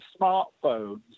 smartphones